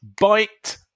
bite